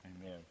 Amen